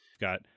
got